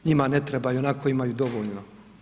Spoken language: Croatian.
Njima ne treba, ionako imaju dovoljno.